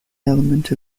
element